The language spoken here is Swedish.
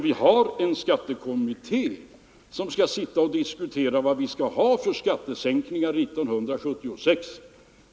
Vi har en skattekommitté, som skall sitta och diskutera vad vi skall ha för skattesänkningar 1976.